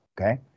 Okay